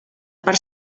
part